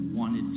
wanted